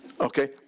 Okay